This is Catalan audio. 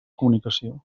comunicació